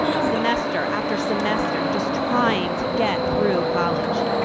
semester after semester just trying to get through college.